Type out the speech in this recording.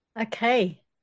Okay